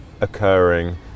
occurring